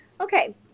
Okay